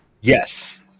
yes